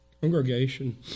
Congregation